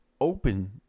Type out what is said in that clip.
open